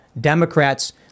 Democrats